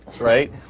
right